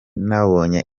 nabonye